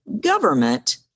government